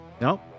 No